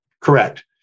Correct